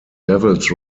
devils